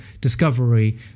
Discovery